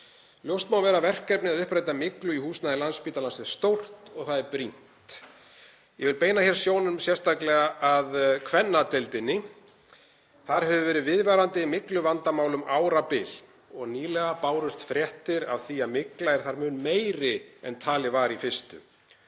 Ljóst má vera að verkefnið að uppræta myglu í húsnæði Landspítalans er stórt og það er brýnt. Ég vil beina hér sjónum sérstaklega að kvennadeildinni. Þar hefur verið viðvarandi mygluvandamál um árabil og nýlega bárust fréttir af því að mygla er þar mun meiri en talið var í fyrstu.